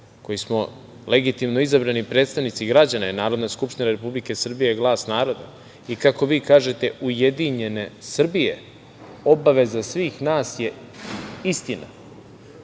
koji smo legitimno izabrani predstavnici građana, jer Narodna skupština Republike Srbije je glas naroda i kako vi kažete ujedinjene Srbije, obaveza svih nas je istina.